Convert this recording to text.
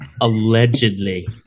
Allegedly